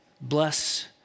bless